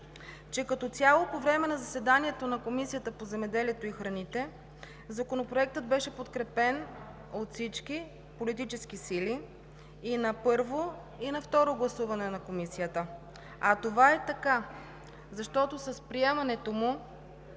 че като цяло, по време на заседанието на Комисията по земеделието и храните, Законопроектът беше подкрепен от всички политически сили и на първо, и на второ гласуване в Комисията. А това е така, защото с приемането му